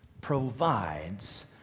provides